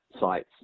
sites